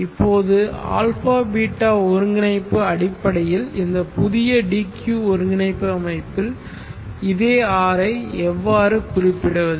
இப்போது α β ஒருங்கிணைப்பு அடிப்படையில் இந்த புதிய D Q ஒருங்கிணைப்பு அமைப்பில் இதே r ஐ எவ்வாறு குறிப்பிடுவது